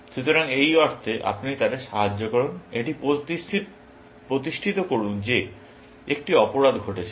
সুতরাং এই অর্থে আপনি তাদের সাহায্য করুন এটি প্রতিষ্ঠিত করুন যে একটি অপরাধ ঘটে ছিল